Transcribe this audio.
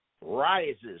Rises